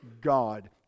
God